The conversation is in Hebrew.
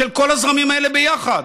של כל הזרמים האלה ביחד.